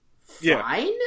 fine